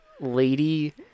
lady